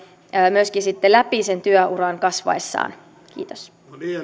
myöskin sitten läpi sen työuran kas vaessaan kiitos